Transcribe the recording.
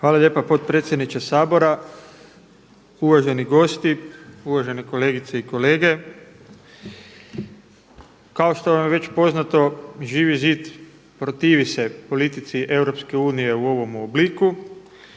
Hvala lijepa potpredsjedniče Sabora, uvaženi gosti, uvažene kolegice i kolege. Kao što vam je već poznato Živi zid protivi se politici EU u ovome obliku